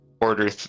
Order